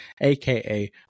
aka